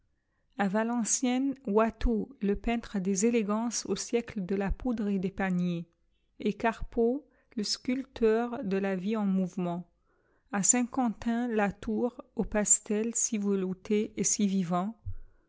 à valenciennes watteau le peintre des élégances au siècle de la poudre et des paniers et carpeaux le sculpteur de la vie en mouvement à saintquentin latour aux pastels si veloutés et si vivants